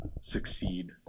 succeed